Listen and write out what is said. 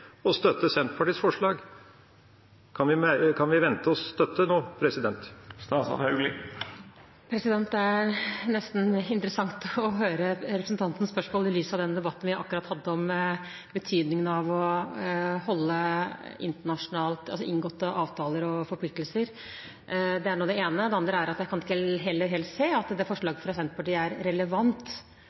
å støtte Senterpartiets forslag. Kan vi vente oss støtte nå? Det er nesten interessant å høre representantens spørsmål i lys av den debatten vi akkurat hadde om betydningen av å holde internasjonalt inngåtte avtaler og forpliktelser. Det er det ene. Det andre er at jeg heller ikke helt kan se at det forslaget fra Senterpartiet er relevant